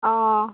অঁ